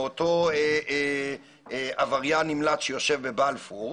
מאותו עבריין נמלט שיושב בבלפור,